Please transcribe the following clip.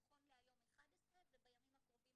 נכון להיום 11 ובימים הקרובים